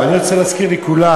עכשיו, אני רוצה להזכיר לכולם,